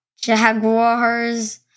Jaguars